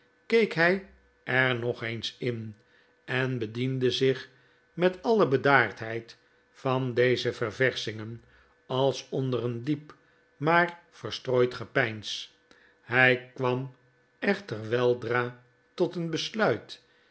keek hij er nog eens in en taediende zich met alle bedaardheid van deze ververschingen als onder een diep maar verstrooid gepeins hij kwam echter weldra tot een besluit